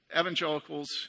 evangelicals